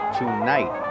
tonight